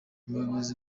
umuyobozi